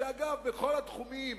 שבכל התחומים